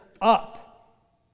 up